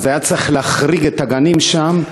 היה צריך להחריג את הגנים שם,